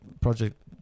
project